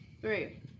three